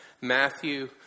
Matthew